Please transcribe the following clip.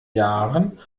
jahren